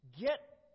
get